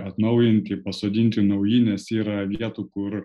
atnaujinti pasodinti nauji nes yra vietų kur